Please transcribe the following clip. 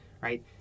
right